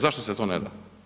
Zašto se to ne da?